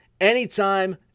anytime